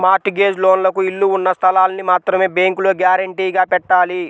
mart gauge లోన్లకు ఇళ్ళు ఉన్న స్థలాల్ని మాత్రమే బ్యేంకులో గ్యారంటీగా పెట్టాలి